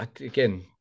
again